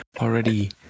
already